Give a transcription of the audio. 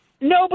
No